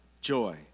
joy